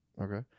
Okay